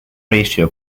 ratio